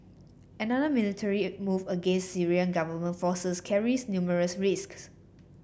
another military move against Syrian government forces carries numerous risks